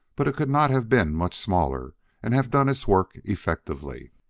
but it could not have been much smaller and have done its work effectively.